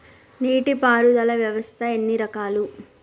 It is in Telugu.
నీటి పారుదల వ్యవస్థ ఎన్ని రకాలు?